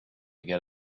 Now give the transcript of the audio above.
get